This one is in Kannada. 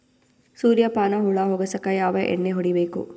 ಸುರ್ಯಪಾನ ಹುಳ ಹೊಗಸಕ ಯಾವ ಎಣ್ಣೆ ಹೊಡಿಬೇಕು?